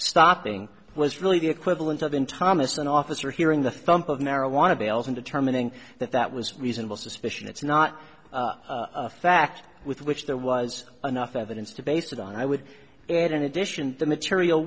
stopping was really the equivalent of in thomas an officer hearing the thump of marijuana bails in determining that that was reasonable suspicion that's not a fact with which there was enough evidence to base it on i would add in addition the material